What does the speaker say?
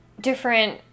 different